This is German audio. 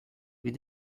wie